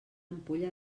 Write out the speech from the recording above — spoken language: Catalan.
ampolla